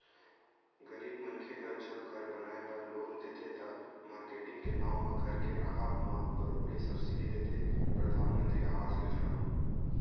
गरीब मनखे ह जब घर बनाए बर लोन देथे त, मारकेटिंग के नांव म घर के राहब म बरोबर सब्सिडी देथे परधानमंतरी आवास योजना म